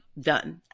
done